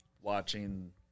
watching